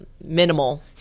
minimal